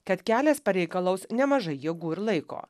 kad kelias pareikalaus nemažai jėgų ir laiko